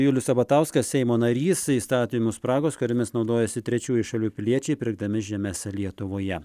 julius sabatauskas seimo narys įstatymų spragos kuriomis naudojasi trečiųjų šalių piliečiai pirkdami žemes lietuvoje